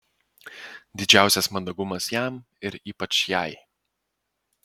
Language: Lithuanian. didžiausias mandagumas jam ir ypač jai